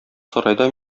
сарайда